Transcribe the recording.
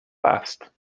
last